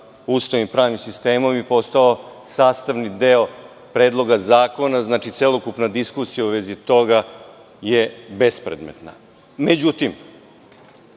ustavnim i pravnim sistemom i postao je sastavni deo Predloga zakona. Znači, celokupna diskusija u vezi toga je bespredmetna,